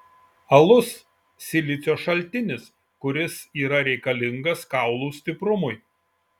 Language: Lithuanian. alus silicio šaltinis kuris yra reikalingas kaulų stiprumui